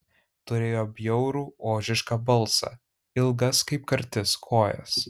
turėjo bjaurų ožišką balsą ilgas kaip kartis kojas